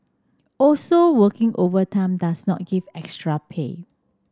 also working overtime does not give extra pay